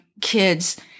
kids